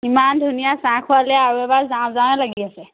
ইমান ধুনীয়া চাহ খোৱালে আৰু এবাৰ যাওঁ যাওঁৱে লাগি আছে